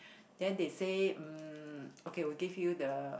then they say um okay we give you the